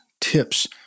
tips